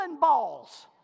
balls